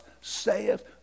saith